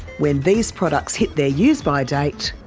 when these products hit their use-by date,